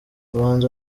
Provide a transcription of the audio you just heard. abahanzi